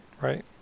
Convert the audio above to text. right